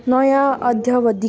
नयाँ अद्यावधिक